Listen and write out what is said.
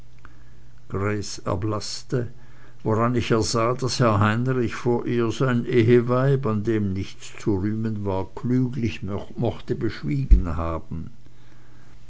woran ich ersah daß herr heinrich vor ihr sein eheweib an dem nichts zu rühmen war klüglich mochte beschwiegen haben